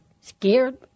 Scared